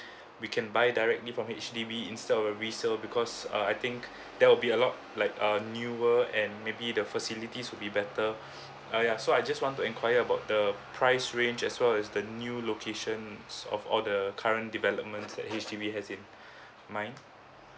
we can buy directly from H_D_B instead of a resales because uh I think there will be a lot like um newer and maybe the facilities will be better uh ya so I just want to inquire about the price range as well as the new locations of all the current developments H_D_B has in mind